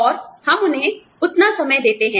और हम उन्हें उतना समय देते हैं